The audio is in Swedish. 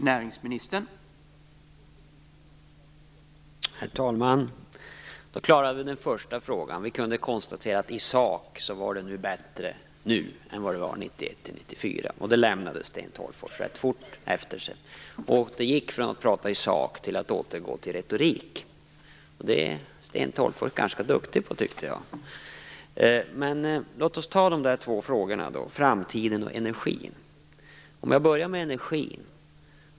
Herr talman! Då klarade vi den första frågan. Vi kunde konstatera att i sak är det bättre nu än det var 1991-1994. Det lämnade Sten Tolgfors rätt fort. Han gick från att prata i sak till att återgå till retorik. Det är Sten Tolgfors ganska duktig på, tycker jag. Låt oss ta de två frågorna då, framtiden och energin. Jag börjar med energin.